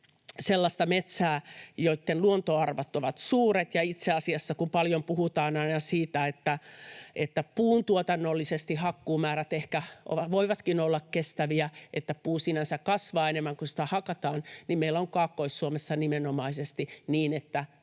sellaista metsää, jonka luontoarvot ovat suuret. Ja itse asiassa kun paljon puhutaan aina siitä, että puuntuotannollisesti hakkuumäärät ehkä voivatkin olla kestäviä ja että puu sinänsä kasvaa enemmän kuin sitä hakataan, niin meillä on Kaakkois-Suomessa nimenomaisesti niin, että